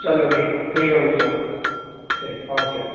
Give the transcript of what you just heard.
چلو ٹھیک ٹھیک ہے بھیا ٹھیک اوکے